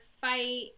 fight